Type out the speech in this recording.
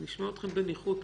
אני אשמע אתכם בניחותא.